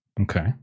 Okay